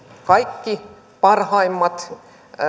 kaikki parhaimmat